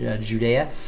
Judea